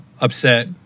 upset